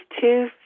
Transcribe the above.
two